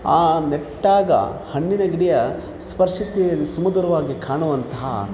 ಆ ನೆಟ್ಟಾಗ ಹಣ್ಣಿನ ಗಿಡ ಸ್ಪರ್ಶತೆಯಲ್ಲಿ ಸುಮಧುರವಾಗಿ ಕಾಣುವಂಥ